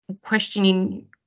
questioning